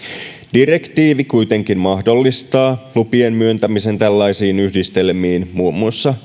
direktiivi kuitenkin mahdollistaa lupien myöntämisen tällaisiin yhdistelmiin muun muassa